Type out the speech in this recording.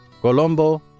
Colombo